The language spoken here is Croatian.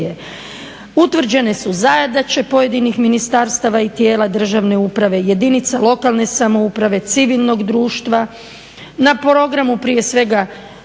utvrđene su zadaće pojedinih ministarstva i tijela državne uprave, jedinica lokalne samouprave, civilnog društva, na programu prije svega